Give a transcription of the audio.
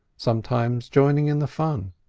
sometimes joining in the fun.